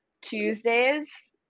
Tuesdays